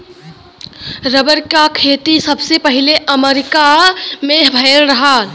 rubber क खेती सबसे पहिले अमरीका में भयल रहल